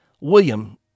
William